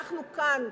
אנחנו כאן,